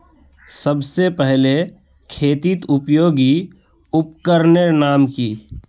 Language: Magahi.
सबसे पहले खेतीत उपयोगी उपकरनेर नाम की?